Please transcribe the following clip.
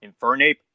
Infernape